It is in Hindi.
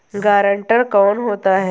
गारंटर कौन होता है?